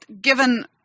given –